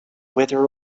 wither